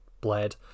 bled